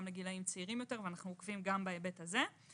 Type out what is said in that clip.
לגילים צעירים יותר ואנחנו עוקבים גם בהיבט הזה.